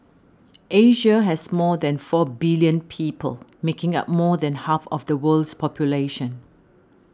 Asia has more than four billion people making up more than half of the world's population